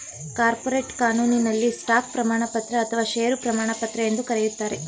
corporate ಕಾನೂನಿನಲ್ಲಿ stock ಪ್ರಮಾಣಪತ್ರ ಅಥವಾ ಶೇರು ಪ್ರಮಾಣಪತ್ರ ಎಂದು ಕರೆಯುತ್ತಾರೆ